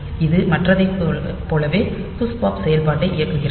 இது மற்றதைப் போலவே புஷ் பாப் செயல்பாட்டை இயக்குகிறது